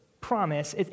promise